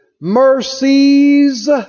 mercies